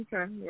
Okay